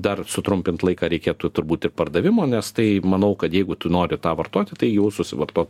dar sutrumpint laiką reikėtų turbūt ir pardavimo nes tai manau kad jeigu tu nori tą vartoti tai jau susivartok ten